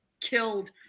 killed